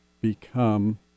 become